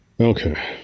Okay